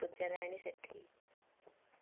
Pujarani Sethi